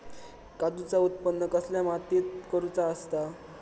काजूचा उत्त्पन कसल्या मातीत करुचा असता?